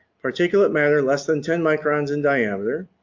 particulate matter less than ten microns in diameter,